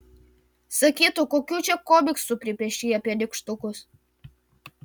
sakytų kokių čia komiksų pripiešei apie nykštukus